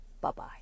Bye-bye